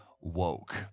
woke